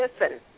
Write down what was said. listen